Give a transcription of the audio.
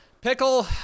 Pickle